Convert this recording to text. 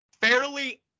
Fairly